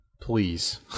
please